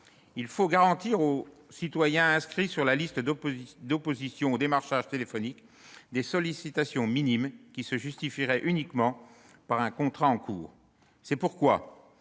Il faut garantir aux citoyens inscrits sur la liste d'opposition au démarchage téléphonique des sollicitations minimes qui se justifient uniquement par un contrat en cours. Face à